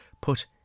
put